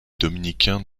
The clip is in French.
dominicains